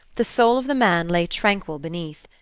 the soul of the man lay tranquil beneath.